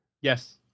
Yes